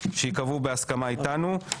שייקבעו בהסכמה אתנו.